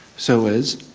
so as